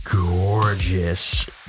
gorgeous